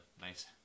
nice